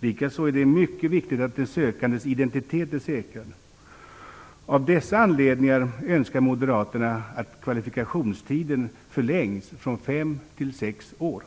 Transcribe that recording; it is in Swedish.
Likaså är det mycket viktigt att den sökandes identitet är säkrad. Av dessa anledningar önskar Moderaterna att kvalifikationstiden förlängs från fem till sex år.